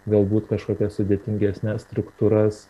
galbūt kažkokias sudėtingesnes struktūras